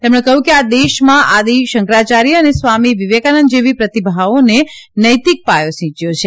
તેમણે કહયું કે આ દેશમાં આદિ શંકરાચાર્ય અને સ્વામી વિવેકાનંદ જેવી પ્રતિભાવોએ નૈતિક પાયો સિંચ્યો છે